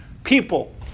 People